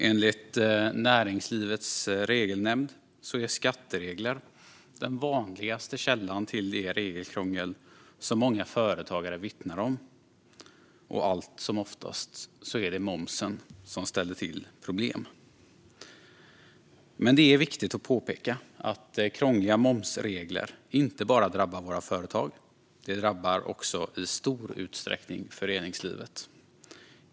Enligt Näringslivets Regelnämnd är skatteregler den vanligaste källan till det regelkrångel som många företagare vittnar om, och allt som oftast är det momsen som ställer till problem. Men det är viktigt att påpeka att krångliga momsregler inte bara drabbar våra företag. De drabbar i stor utsträckning även föreningslivet.